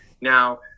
Now